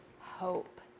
hope